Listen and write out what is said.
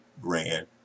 grand